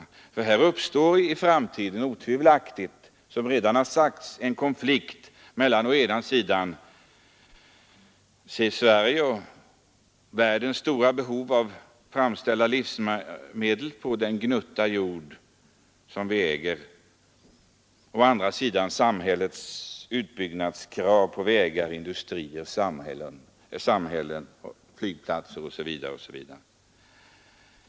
I framtiden uppstår otvivelaktigt, som redan har sagts, en konflikt mellan å ena sidan Sveriges och världens stora behov av att framställa livsmedel på den gnutta jord vi äger och å andra sidan samhällets krav på utbyggnad av vägar, industrier, samhällen, flygplatser osv.